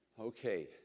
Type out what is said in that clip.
Okay